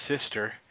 sister